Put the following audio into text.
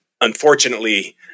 unfortunately